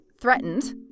threatened